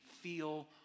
feel